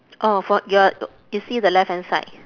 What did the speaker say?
orh for you are you see the left hand side